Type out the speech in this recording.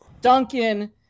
Duncan